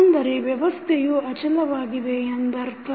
ಅಂದರೆ ವ್ಯವಸ್ಥೆಯು ಅಚಲವಾಗಿದೆ ಎಂದರ್ಥ